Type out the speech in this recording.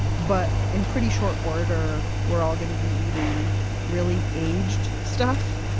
but in pretty short order we're all going to be eating really aged stuff.